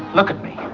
look at me,